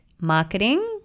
marketing